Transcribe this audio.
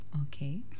Okay